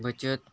बचत